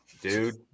dude